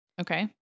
okay